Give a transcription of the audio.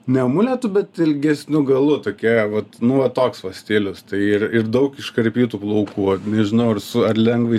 ne amuletu bet ilgesniu galu tokia vat nu vat toks va stilius tai ir ir daug iškarpytų plaukų nežinau ar su ar lengvai